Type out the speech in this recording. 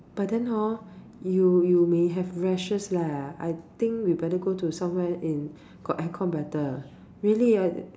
but then hor you you may have rashes leh I think we better go to somewhere in got aircon better really ah